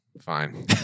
Fine